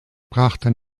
brachte